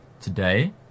today